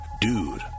Dude